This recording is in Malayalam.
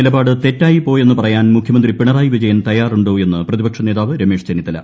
നിലപാട് തെറ്റായിപ്പോയെന്ന് പറയാൻ മുഖ്യമന്ത്രി പിണറായി വിജയൻ തയ്യാറുണ്ടോ് എന്ന് പ്രതിപക്ഷ നേതാവ് രമേശ് ചെന്നിത്തല